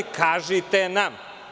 Kažite nam.